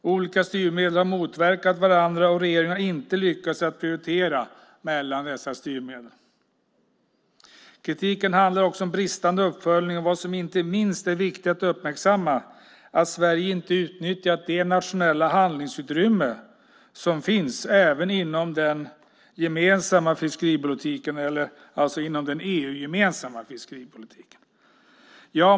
Olika styrmedel har motverkat varandra, och regeringen har inte lyckats prioritera mellan styrmedlen. Kritiken handlar också om bristande uppföljning. Vad som inte minst är viktigt att uppmärksamma är att Sverige inte utnyttjat det nationella handlingsutrymme som finns även inom den EU-gemensamma fiskeripolitiken.